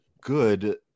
good